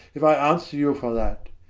if i answer you for that.